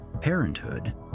parenthood